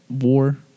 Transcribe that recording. war